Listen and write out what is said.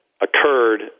occurred